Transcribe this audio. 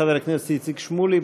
חבר הכנסת איציק שמולי,